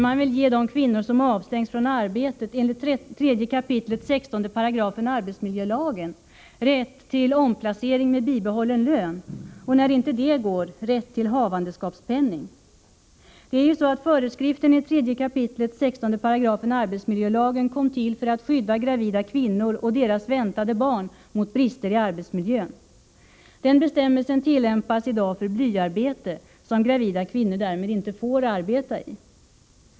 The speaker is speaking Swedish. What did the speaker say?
Man vill ge de kvinnor som avstängts från arbetet enligt 3 kap. 16 § Arbetsmiljölagen rätt till omplacering med bibehållen lön och, när inte det går, rätt till havandeskapspenning. Föreskriften i 3 kap. 16 § Arbetsmiljölagen kom till för att skydda gravida kvinnor och deras väntade barn mot brister i arbetsmiljön. Bestämmelsen tillämpas i dag för blyarbete, som gravida kvinnor därmed inte får syssla med.